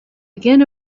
again